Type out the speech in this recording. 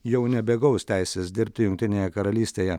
jau nebegaus teisės dirbti jungtinėje karalystėje